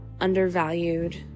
undervalued